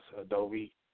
Adobe